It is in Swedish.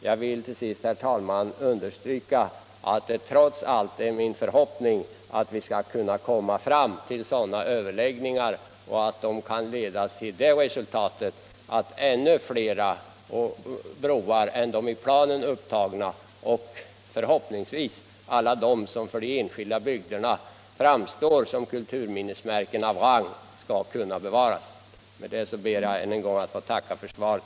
Jag vill till sist, herr talman, understryka att det trots allt är min förhoppning att vi skall kunna komma fram till sådana överläggningar och att de kan leda till det resultatet att ännu fler broar än de i planen upptagna —- förhoppningsvis alla de som för de enskilda bygderna framstår som kulturminnesmärken av rang — skall kunna bevaras. Med detta ber jag än en gång att få tacka för svaret.